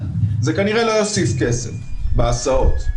זה כנראה לא יוסיף כסף בהסעות.